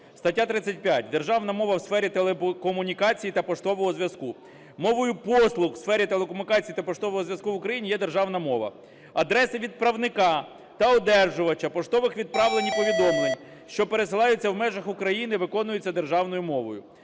Стаття 35. "Державна мова у сфері телекомунікацій та поштового зв’язку": "Мовою послуг у сфері телекомунікацій та поштового зв’язку в Україні є державна мова. Адреси відправника та одержувача поштових відправлень і повідомлень, що пересилаються в межах України, виконуються державною мовою.